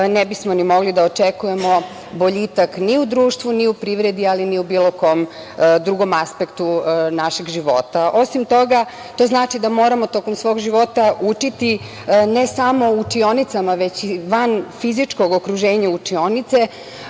ne bismo ni mogli da očekujemo boljitak ni u društvu, ni u privredi, ali ni u bilo kom drugom aspektu našeg života. Osim toga, to znači da moramo tokom svog života učiti ne samo u učionicama, već i van fizičkog okruženja učionice.